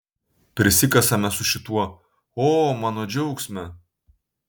prisikasame su šituo o mano džiaugsme